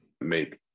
make